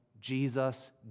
Jesus